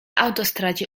autostradzie